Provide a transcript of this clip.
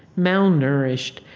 malnourished,